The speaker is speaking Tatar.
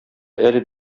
әле